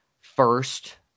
first